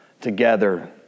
together